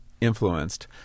influenced